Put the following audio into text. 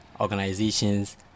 organizations